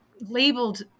labeled